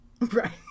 right